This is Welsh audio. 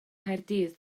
nghaerdydd